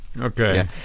Okay